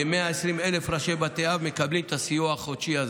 כ-120,000 ראשי בתי אב מקבלים את הסיוע החודשי הזה.